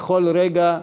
בכל רגע,